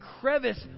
crevice